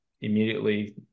immediately